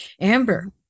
Amber